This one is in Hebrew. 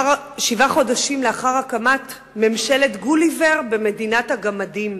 שבעה חודשים לאחר הקמת ממשלת "גוליבר במדינת הגמדים".